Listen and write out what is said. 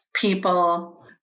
people